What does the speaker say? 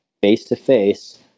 face-to-face